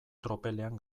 tropelean